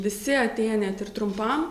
visi atėję net ir trumpam